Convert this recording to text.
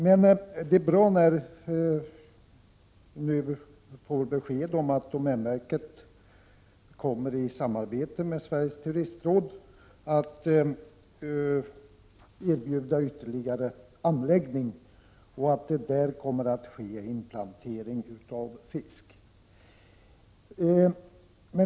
Men det är bra att vi nu får besked om att domänverket i samarbete med Sveriges Turistråd kommer att erbjuda ytterligare anläggningar och att det där kommer att ske inplantering av fisk.